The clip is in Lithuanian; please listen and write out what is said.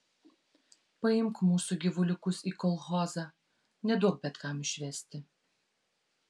paimk mūsų gyvuliukus į kolchozą neduok bet kam išvesti